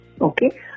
Okay